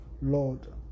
Lord